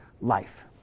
life